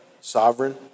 sovereign